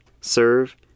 serve